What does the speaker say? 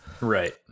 Right